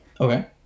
Okay